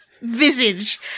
visage